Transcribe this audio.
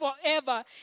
forever